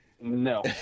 No